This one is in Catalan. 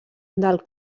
del